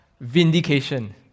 vindication